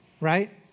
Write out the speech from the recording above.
right